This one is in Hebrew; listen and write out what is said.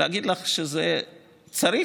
להגיד לך שזה נצרך?